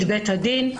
תודה.